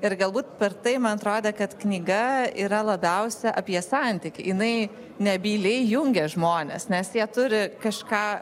ir galbūt per tai man atrodė kad knyga yra labiausia apie santykį jinai nebyliai jungia žmones nes jie turi kažką